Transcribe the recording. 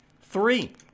three